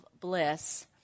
bliss